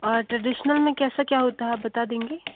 और ट्रेडिशनल में कैसा क्या होता है आप बता देंगे